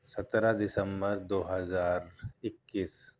سترہ دسمبر دو ہزار اکیس